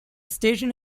station